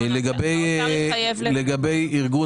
לגבי ארגון